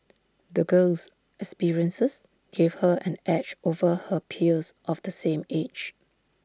the girl's experiences gave her an edge over her peers of the same age